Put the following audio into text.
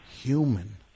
Human